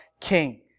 king